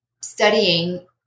studying